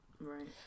Right